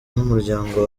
n’umuryango